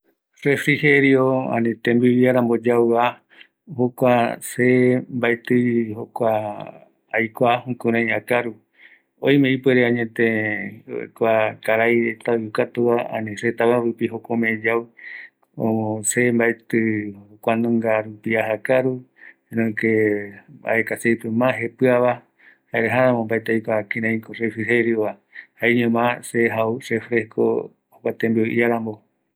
Kua refrigerio, mbaetɨ orereta rou kuanunga, tembiu yaputupegua, jaera mbaetɨta jae mbovɨko jau kuanunga, jare aikuapotavi, mbanunga rako jëgatuva